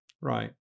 Right